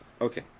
Okay